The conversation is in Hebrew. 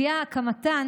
ואי-הקמתן